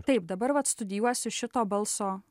taip dabar vat studijuosiu šito balso